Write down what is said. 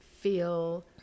feel